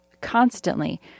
constantly